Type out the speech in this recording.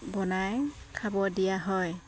বনাই খাব দিয়া হয়